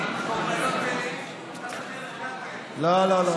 לא, לא.